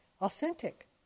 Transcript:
authentic